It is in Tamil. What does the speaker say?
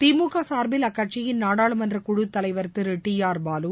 திமுக சார்பில் அக்கட்சியின் நாடாளுமன்ற குழு தலைவர் திரு டி ஆர் பாலு